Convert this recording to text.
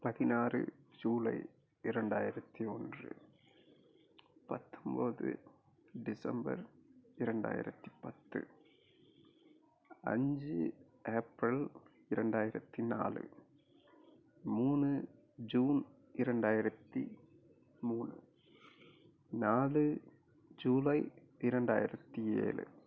பதினாறு ஜூலை இரண்டாயிரத்தி ஒன்று பத்தொன்போது டிசம்பர் இரண்டாயிரத்தி பத்து அஞ்சு ஏப்ரல் இரண்டாயிரத்தி நாலு மூணு ஜூன் இரண்டாயிரத்தி மூணு நாலு ஜூலை இரண்டாயிரத்தி ஏழு